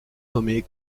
nommée